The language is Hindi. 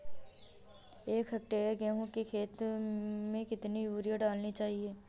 एक हेक्टेयर गेहूँ की खेत में कितनी यूरिया डालनी चाहिए?